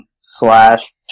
slash